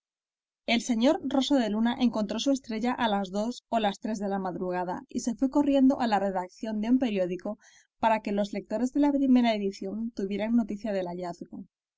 el sr roso de luna encontró su estrella a las dos o las tres de la madrugada y se fue corriendo a la redacción de un periódico para que los lectores de la primera edición tuvieran noticia del hallazgo